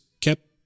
kept